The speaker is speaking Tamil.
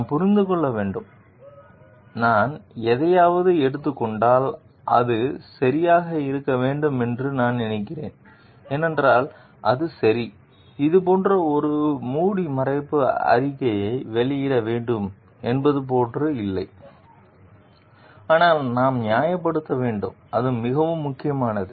நாம் புரிந்து கொள்ள வேண்டும் நான் எதையாவது எடுத்துக் கொண்டால் அது சரியாக இருக்க வேண்டும் என்று நான் நினைக்கிறேன் ஏனென்றால் அது சரி அது போன்ற ஒரு மூடிமறைப்பு அறிக்கையை வெளியிட வேண்டும் என்பது போல் இல்லை ஆனால் நாம் நியாயப்படுத்த வேண்டும் அது மிகவும் முக்கியமானது